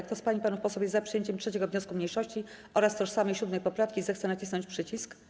Kto z pań i panów posłów jest za przyjęciem 3. wniosku mniejszości oraz tożsamej 7. poprawki, zechce nacisnąć przycisk.